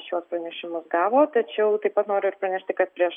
šiuos pranešimus gavo tačiau taip pat noriu ir pranešti kad prieš